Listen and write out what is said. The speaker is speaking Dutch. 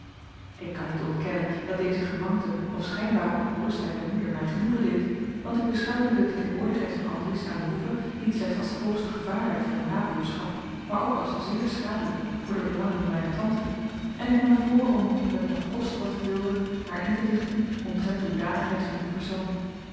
ik kan niet ontkennen dat deze gemankte of schijnbare ongerustheid der moeder mij genoegen deed want ik beschouwde de tegenwoordigheid van andries aan de hoeve niet slechts als hoogst gevaarlijk voor de nabuurschap maar ook als zeer schadelijk voor de belangen mijner tante en ik nam voor om het mocht kosten wat het wilde haar in te lichten omtrent de hoedanigheid van dien persoon